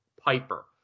Piper